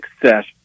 success –